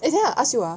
eh then I ask you ah